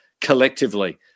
collectively